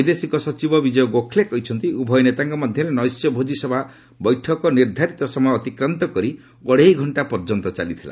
ବୈଦେଶିକ ସଚିବ ବିଜୟ ଗୋଖଲେ କହିଛନ୍ତି ଉଭୟ ନେତାଙ୍କ ମଧ୍ୟରେ ନୈଶ୍ୟ ଭୋଜିସଭା ବୈଠକ ନିର୍ଦ୍ଧାରିତ ସମୟ ଅତିକ୍ରାନ୍ତ କରି ଅଢେଇ ଘଣ୍ଟା ପର୍ଯ୍ୟନ୍ତ ଚାଲିଥିଲା